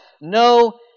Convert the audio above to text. no